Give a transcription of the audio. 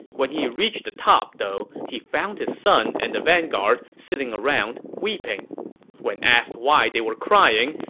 when he reached the top, though, he found his son and the vanguard sitting around weeping when asked why they were crying,